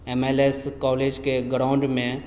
M L S कॉलेजके ग्राउंडमे